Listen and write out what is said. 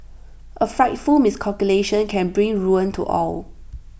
A frightful miscalculation can bring ruin to all